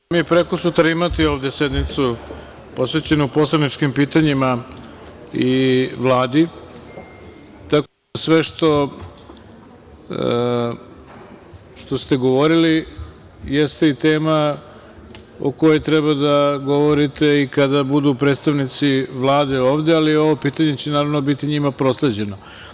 Samo da vas podsetim da ćemo prekosutra imati sednicu posvećenu poslaničkim pitanjima i Vladi, tako da sve što ste govorili jeste i tema o kojoj treba da govorite i kada budu predstavnici Vlade ovde, ali ovo pitanje će naravno biti njima prosleđeno.